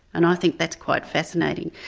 and i think that's quite fascinating,